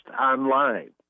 online